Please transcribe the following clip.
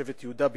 בשבט יהודה בפרט.